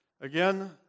Again